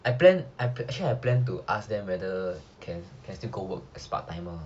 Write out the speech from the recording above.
I plan actually I plan to ask them whether can can still go work as part timer